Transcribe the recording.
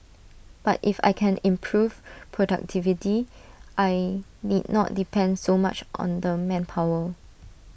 but if I can improve productivity I need not depend so much on the manpower